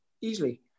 easily